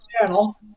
channel